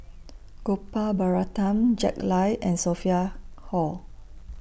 Gopal Baratham Jack Lai and Sophia Hull